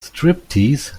striptease